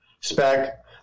spec